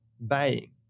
buying